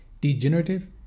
degenerative